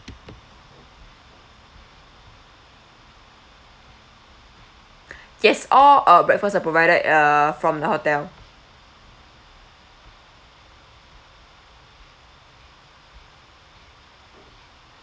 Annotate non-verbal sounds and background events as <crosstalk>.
<breath> yes all uh breakfast are provided uh from the hotel